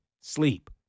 sleep